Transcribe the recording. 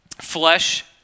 flesh